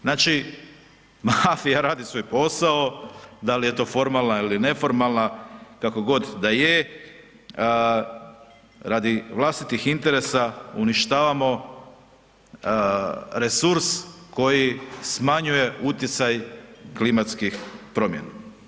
Znači, mafija radi svoj posao, dal je to formalna ili neformalna, kako god da je, radi vlastitih interesa uništavamo resurs koji smanjuje utjecaj klimatskih promjena.